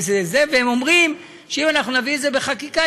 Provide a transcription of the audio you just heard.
והם אומרים שאם נביא את זה בחקיקה,